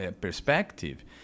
perspective